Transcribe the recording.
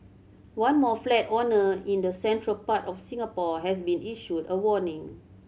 one more flat owner in the central part of Singapore has been issued a warning